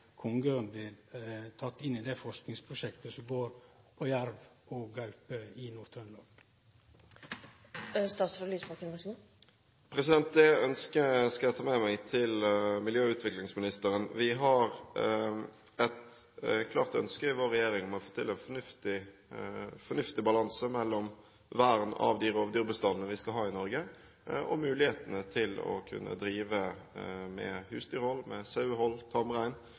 blir teken inn i det forskingsprosjektet som går på jerv og gaupe i Nord-Trøndelag. Det ønsket skal jeg ta med meg til miljø- og utviklingsministeren. Vi har et klart ønske i vår regjering om å få til en fornuftig balanse mellom vern av de rovdyrbestandene vi skal ha i Norge, og mulighetene til å kunne drive med husdyrhold, med